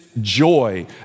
joy